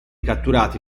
catturati